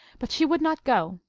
but she would not go.